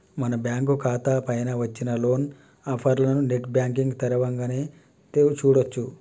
మన బ్యాంకు ఖాతా పైన వచ్చిన లోన్ ఆఫర్లను నెట్ బ్యాంకింగ్ తరవంగానే చూడొచ్చు